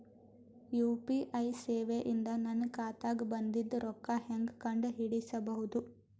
UPI ಸೇವೆ ಇಂದ ನನ್ನ ಖಾತಾಗ ಬಂದಿದ್ದ ರೊಕ್ಕ ಹೆಂಗ್ ಕಂಡ ಹಿಡಿಸಬಹುದು?